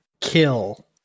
kill